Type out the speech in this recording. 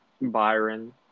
Byron